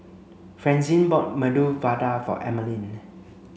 Francine bought Medu Vada for Emeline